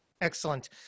Excellent